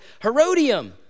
Herodium